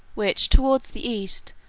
which, towards the east,